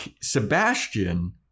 Sebastian